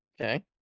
Okay